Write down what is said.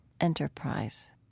enterprise